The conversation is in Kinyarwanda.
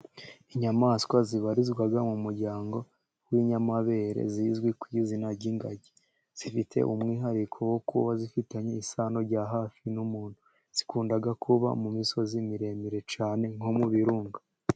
Inyamaswa zibarizwa mu muryango w'inyamabere zizwi ku izina ry'ingagi. Zifite umwihariko wo kuba zifitanye isano ya hafi n'umuntu. Zikunda kuba mu misozi miremire cyangwa no mu birunga.